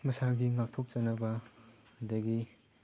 ꯃꯁꯥꯒꯤ ꯉꯥꯛꯊꯣꯛꯆꯅꯕ ꯑꯗꯒꯤ